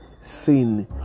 Sin